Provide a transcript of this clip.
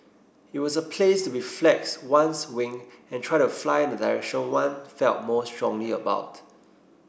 it was a place to be flex one's wing and try to fly in the direction one felt most strongly about